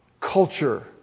culture